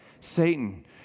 Satan